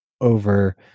over